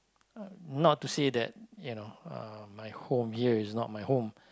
not to say that you know uh my home here is not my home